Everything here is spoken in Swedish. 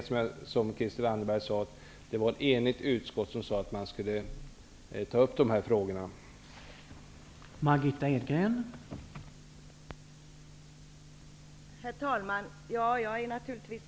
Som Christel Anderberg sade har ett enigt utskott sagt att de här frågorna skall tas upp.